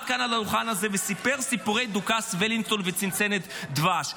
כאן על הדוכן הזה וסיפר סיפורי דוכס וולינגטון וצנצנת דבש.